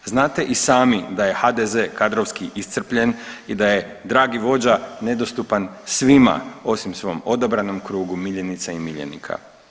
Znate i sami da je HDZ kadrovski iscrpljen i da je dragi vođa nedostupan svima osim svom odabranom krugu miljenica i miljenika.